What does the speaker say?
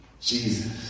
Jesus